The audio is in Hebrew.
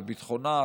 בביטחונה,